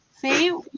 see